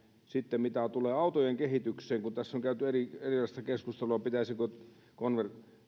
sitten mitä tulee autojen kehitykseen kun tässä on käyty erilaista keskustelua pitäisikö